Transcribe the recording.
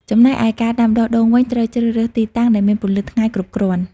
ចំណែកឯការដាំដុះដូងវិញ ត្រូវជ្រើសរើសទីតាំងដែលមានពន្លឺថ្ងៃគ្រប់គ្រាន់។